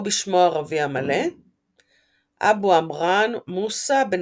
או בשמו הערבי המלא ابو عمران موسى بن